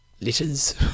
letters